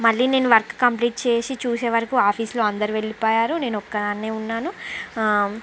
మళ్ళీ నేను work complete చేసి చూసే వరకు ఆఫీస్లో అందరు వెళ్ళిపోయారు నేను ఒక్కదానినే ఉన్నాను